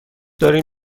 داریم